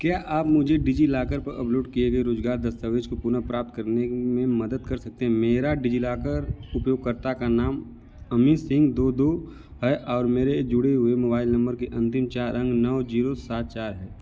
क्या आप मुझे डिजिलॉकर पर अपलोड किए गए रोज़गार दस्तावेज़ को पुनः प्राप्त करने में मदद कर सकते हैं मेरा डिजिलॉकर उपयोगकर्ता का नाम अमित सिंह दो दो है और मेरे जुड़े हुए मोबाइल नम्बर के अंतिम चार अंक नौ जीरो सात चार हैं